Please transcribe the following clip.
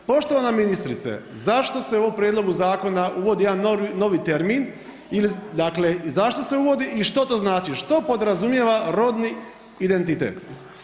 Poštovana ministrice, zašto se u ovom prijedlogu zakona uvodi jedan novi termin ili dakle zašto se uvodi i što to znači, što podrazumijeva rodni identitet?